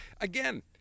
Again